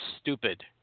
stupid